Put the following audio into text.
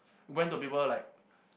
went to the paper like